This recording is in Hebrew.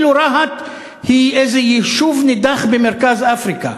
כאילו רהט היא איזה יישוב נידח במרכז אפריקה,